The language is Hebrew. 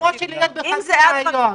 תמר, זה כמו להיות בחצי הריון.